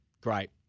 Great